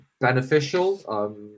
beneficial